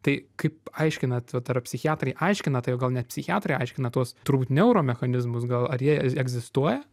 tai kaip aiškina vat ar psichiatrai aiškina taip gal net psichiatrai aiškina tuos turbūt neuro mechanizmus gal ar jie egzistuoja